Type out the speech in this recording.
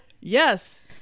yes